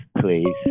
please